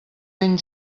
ben